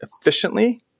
efficiently